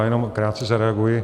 Já jenom krátce zareaguji.